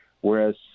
Whereas